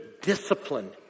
discipline